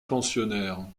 pensionnaire